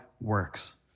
works